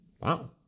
Wow